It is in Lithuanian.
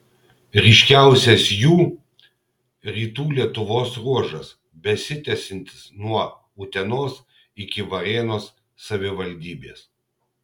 ryškiausias jų rytų lietuvos ruožas besitęsiantis nuo utenos iki varėnos savivaldybės